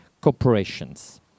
corporations